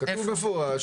כתוב במפורש